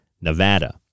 Nevada